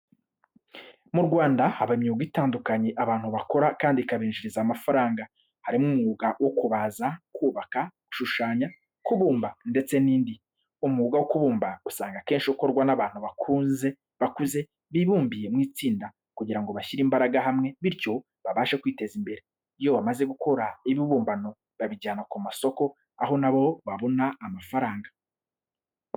Mu Rwanda haba imyuga itandukanye abantu bakora kandi ikabinjiriza amafaranga, harimo umwuga wo kubaza, kubaka, gushushanya, kubumba, ndetse n'indi. Umwuga wo kubumba usanga akenshi ukorwa n'abantu bakuze bibumbiye mw'itsinda kugira ngo bashyire imbaraga hamwe bityo babashe kwiteza imbere. Iyo bamaze gukora ibibumbano babijyana ku masoko aho nabo babona amafaranga.